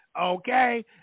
okay